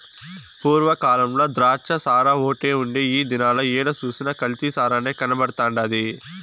పూర్వ కాలంల ద్రాచ్చసారాఓటే ఉండే ఈ దినాల ఏడ సూసినా కల్తీ సారనే కనబడతండాది